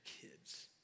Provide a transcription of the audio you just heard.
kids